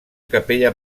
capella